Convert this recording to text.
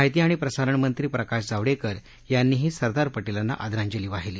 माहिती आणि प्रसारणमंत्री प्रकाश जावडेकर यांनीही सरदार पटेलांना आदरांजली वाहिली